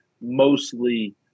mostly